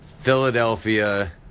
Philadelphia